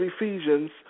Ephesians